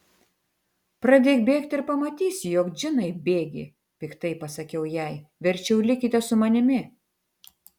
pradėk bėgti ir pamatysi jog džinai bėgi piktai pasakiau jai verčiau likite su manimi